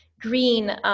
green